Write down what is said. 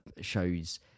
shows